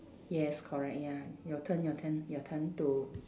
yes correct ya your turn your turn your turn to